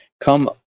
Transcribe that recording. come